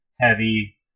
heavy